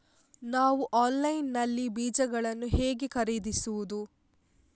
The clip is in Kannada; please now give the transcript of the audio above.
ನಾವು ಆನ್ಲೈನ್ ನಲ್ಲಿ ಬೀಜಗಳನ್ನು ಹೇಗೆ ಖರೀದಿಸುವುದು?